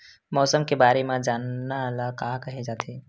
मौसम के बारे म जानना ल का कहे जाथे?